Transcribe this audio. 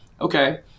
okay